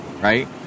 right